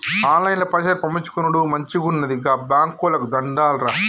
ఆన్లైన్ల పైసలు పంపిచ్చుకునుడు మంచిగున్నది, గా బాంకోళ్లకు దండాలురా